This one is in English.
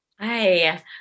Hi